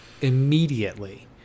immediately